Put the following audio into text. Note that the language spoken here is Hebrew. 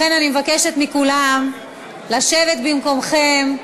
לכן אני מבקשת מכולכם לשבת במקומכם.